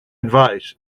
advice